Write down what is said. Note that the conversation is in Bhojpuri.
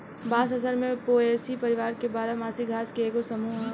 बांस असल में पोएसी परिवार के बारह मासी घास के एगो समूह ह